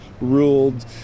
ruled